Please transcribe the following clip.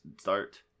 start